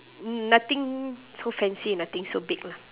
nothing so fancy nothing so big lah